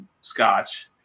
scotch